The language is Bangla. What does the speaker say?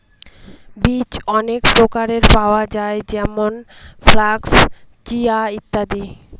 বীজ অনেক প্রকারের পাওয়া যায় যেমন ফ্লাক্স, চিয়া, ইত্যাদি